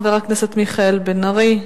חבר הכנסת מיכאל בן-ארי,